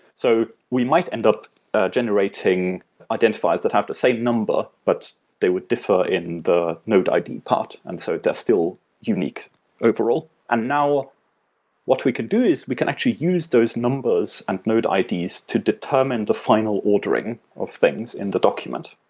so we might end up generating identifiers that have the same number, but they would differ in the node id part, and so they're still unique overall and now what we can do is we can actually use those numbers and node ids to determine the final ordering of things in the document.